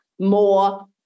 more